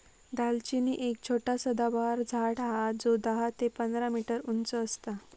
दालचिनी एक छोटा सदाबहार झाड हा जो दहा ते पंधरा मीटर उंच असता